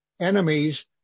enemies